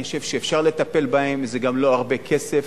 אני חושב שאפשר לטפל בהם, זה גם לא הרבה כסף,